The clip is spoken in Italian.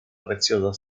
preziosa